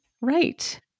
right